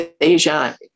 Asia